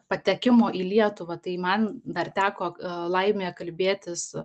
patekimo į lietuvą tai man dar teko laimė kalbėtis